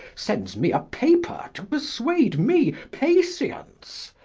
sends me a paper to perswade me patience?